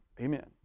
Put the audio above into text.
Amen